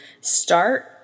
start